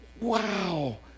wow